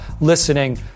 listening